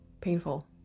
painful